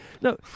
no